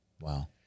Wow